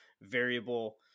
variable